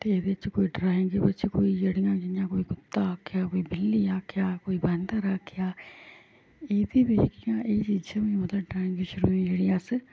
ते एह्दे च कोई ड्राईंग च कोई जेह्ड़ियां जियां कोई कुत्ता आखै कोई बिल्ली आखेआ कोई बांदर आखेआ एह्दे बेच्च एह् चीजां मतलब बी ड्राईंग श्रूइंग जेह्ड़ी अस